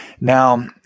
Now